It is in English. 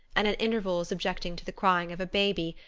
and at intervals objecting to the crying of a baby,